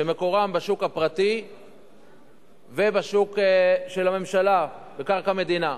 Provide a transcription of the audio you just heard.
שמקורן בשוק הפרטי ובשוק של הממשלה בקרקע מדינה.